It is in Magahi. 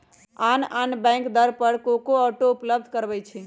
आन आन बैंक दर पर को को ऑटो उपलब्ध करबबै छईं